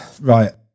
Right